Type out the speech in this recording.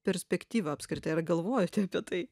perspektyva apskritai ar galvojote apie tai